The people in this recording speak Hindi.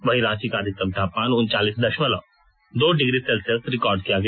वहीं रांची का अधिकतम तापमान उनचालीस दशमलव दो डिग्री सेल्सियस रिकॉर्ड किया गया